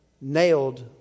nailed